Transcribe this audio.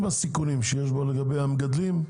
עם הסיכונים שיש בו לגבי המגדלים,